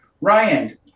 Ryan